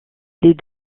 les